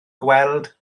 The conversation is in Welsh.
gweld